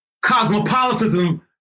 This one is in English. cosmopolitanism